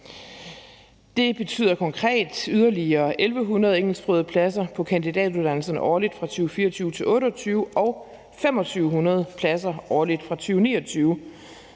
Det betyder konkret yderligere 1.100 engelsksprogede pladser på kandidatuddannelserne årligt fra 2024 til 2028 og 2.500 pladser årligt fra 2029,